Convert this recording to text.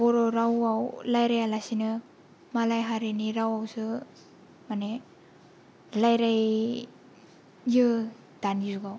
बर' रावाव रायज्लाया लासेनो मालाय हारिनि रावावसो माने रायज्लायो दानि जुगाव